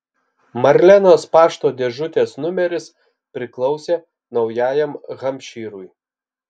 marlenos pašto dėžutės numeris priklausė naujajam hampšyrui